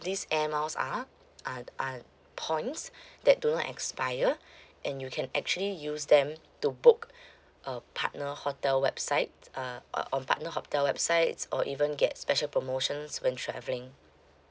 these air miles are are points that don't expire and you can actually use them to book a partner hotel website uh our partner hotel websites or even get special promotions when traveling